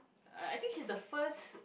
uh I think she's the first